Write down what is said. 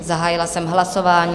Zahájila jsem hlasování.